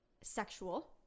sexual